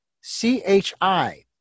C-H-I